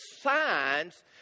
signs